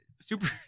Super